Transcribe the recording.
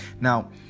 Now